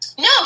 No